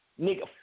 nigga